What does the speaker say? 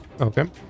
Okay